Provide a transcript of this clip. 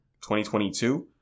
2022